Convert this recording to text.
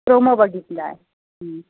promo बघितला आहे